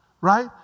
right